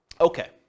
Okay